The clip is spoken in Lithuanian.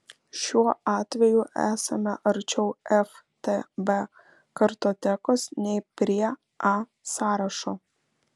šiuo atveju esame arčiau ftb kartotekos nei prie a sąrašo